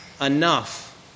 enough